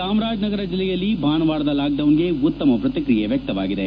ಚಾಮರಾಜನಗರ ಜಿಲ್ಲೆಯಲ್ಲಿ ಭಾನುವಾರದ ಲಾಕ್ಡೌನ್ಗೆ ಉತ್ತಮ ಪ್ರತಿಕ್ರಿಯೆ ವ್ಯಕ್ತವಾಗಿದೆ